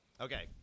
Okay